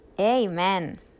Amen